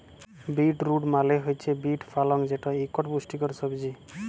beet root মালে হছে beet পালং যেট ইকট পুষ্টিকর সবজি